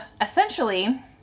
essentially